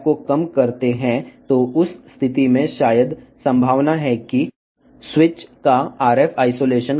మీరు అంతరాన్ని తగ్గిస్తే ఆ సందర్భంలో స్విచ్ యొక్క RF ఐసోలేషన్ తగ్గే అవకాశాలు ఉన్నాయి